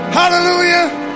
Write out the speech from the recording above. hallelujah